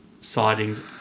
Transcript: sightings